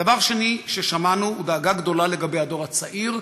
דבר שני ששמענו הוא דאגה גדולה לגבי הדור היהודי הצעיר,